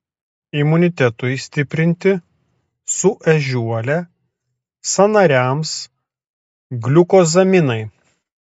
imunitetui stiprinti su ežiuole sąnariams gliukozaminai